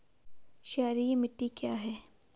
क्षारीय मिट्टी क्या है?